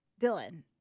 Dylan